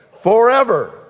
forever